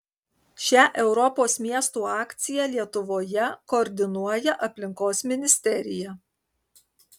šią europos miestų akciją lietuvoje koordinuoja aplinkos ministerija